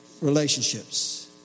relationships